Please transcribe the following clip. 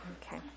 Okay